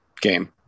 game